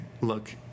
look